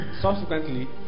subsequently